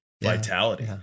vitality